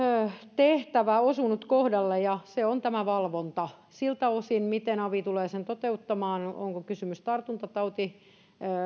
tehtävä osunut kohdalle ja se on tämä valvonta siltä osin miten avi tulee sen toteuttamaan onko kysymys tartuntatautilain